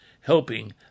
helping